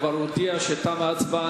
הוא כבר הודיע שתמה ההצבעה,